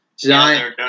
Zion